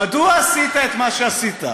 מדוע עשית את מה שעשית,